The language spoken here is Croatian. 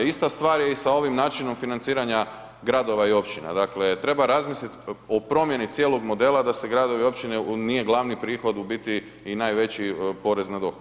Ista stvar je i sa ovim načinom financiranja gradova i općina, dakle treba razmislit o promjeni cijelog modela da se gradovi i općine nije glavni prihod u biti i najveći porez na dohodak.